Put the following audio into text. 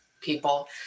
people